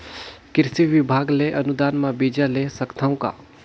कृषि विभाग ले अनुदान म बीजा ले सकथव का?